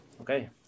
Okay